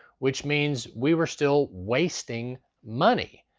which means we were still wasting money.